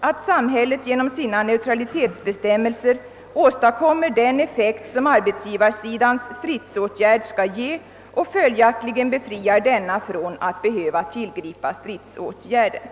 att samhället genom sina neutralitetsbestämmelser åstadkommer den effekt som arbetsgivarsidans stridsåtgärd skall ge och följaktligen befriar denna från att behöva tillgripa stridsåtgärden».